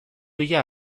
hila